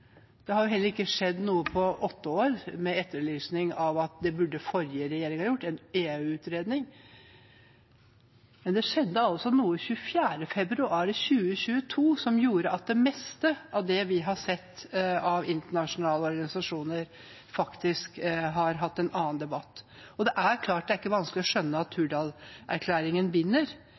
med etterlysning om at det burde forrige regjering ha gjort – en EU-utredning. Men det skjedde altså noe den 24. februar i 2022 som gjorde at det meste av det vi har sett av internasjonale organisasjoner, har hatt en annen debatt. Det er ikke vanskelig å skjønne at Hurdalsplattformen binder, men det jeg ikke skjønner, er behovet for ikke å ville vite, for ikke å